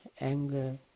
anger